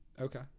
Okay